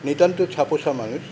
নিতান্ত ছাপোষা মানুষ